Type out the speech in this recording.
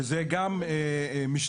שזה גם משתנה.